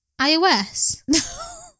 iOS